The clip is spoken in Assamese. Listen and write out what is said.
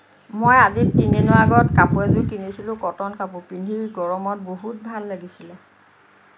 মই আজি তিনিদিনৰ আগত কাপোৰ এযোৰ কিনিছিলোঁ কটন কাপোৰ পিন্ধি গৰমত বহুত ভাল লাগিছিলে